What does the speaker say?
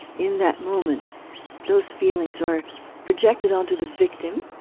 in that moment those feelings are projected onto the victim,